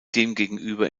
demgegenüber